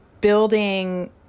building